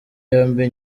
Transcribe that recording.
yombi